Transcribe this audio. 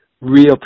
real